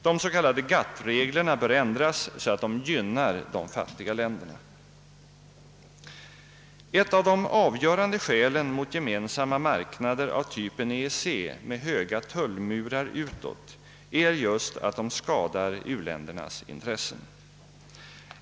De s.k. GATT-reglerna bör ändras så att de gynnar de fattiga länderna. Ett av de avgörande skälen mot gemensamma marknader av typen EEC med höga tullmurar utåt är just att de skadar u-ländernas intressen.